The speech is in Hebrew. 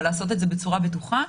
אבל לעשות את זה בצורה בטוחה,